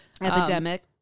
Epidemic